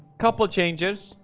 couple of changes,